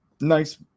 nice